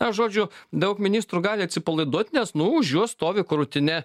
na žodžiu daug ministrų gali atsipalaiduot nes nu už juos stovi krūtine